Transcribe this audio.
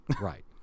Right